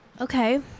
Okay